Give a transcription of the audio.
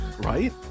right